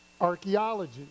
archaeology